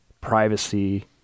privacy